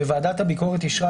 וועדת הביקורת אישרה,